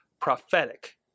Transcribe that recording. prophetic